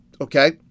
okay